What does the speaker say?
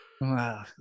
Wow